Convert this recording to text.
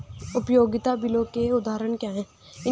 उपयोगिता बिलों के उदाहरण क्या हैं?